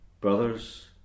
Brothers